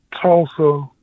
Tulsa